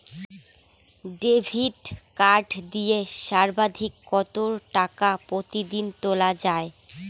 Debit card দিয়ে সর্বাধিক কত টাকা প্রতিদিন তোলা য়ায়?